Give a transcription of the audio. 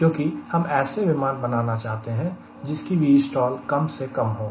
क्योंकि हम ऐसे विमान बनाना चाहते हैं जिसकी Vstall कम से कम हो